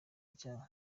icyaha